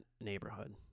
neighborhood